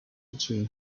between